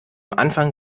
anfang